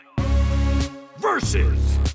versus